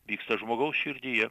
vyksta žmogaus širdyje